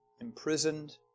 imprisoned